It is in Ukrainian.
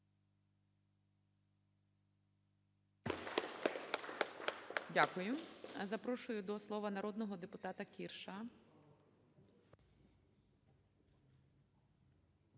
Дякую. Запрошую до слова народного депутатаКірша.